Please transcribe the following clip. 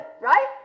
right